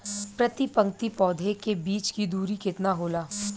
प्रति पंक्ति पौधे के बीच की दूरी केतना होला?